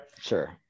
sure